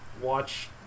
watch